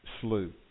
slew